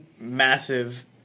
massive